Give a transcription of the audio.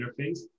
interface